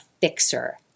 fixer